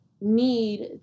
need